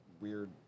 weird